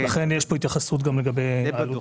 יש פה התייחסות גם לגבי העלות.